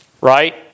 right